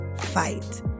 Fight